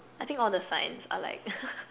I think all the signs are like